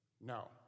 No